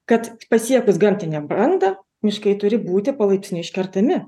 kad pasiekus gamtinę brandą miškai turi būti palaipsniui iškertami